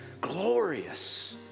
glorious